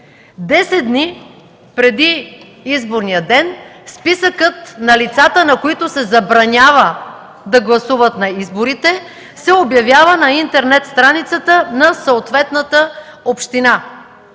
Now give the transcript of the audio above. Десет дни преди изборния ден списъкът на лицата, на които се забранява да гласуват на изборите, се обявява на интернет страницата на съответната община.